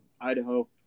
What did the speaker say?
Idaho